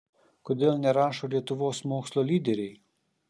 kodėl nerašo lietuvos mokslo lyderiai